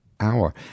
Hour